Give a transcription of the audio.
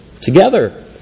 together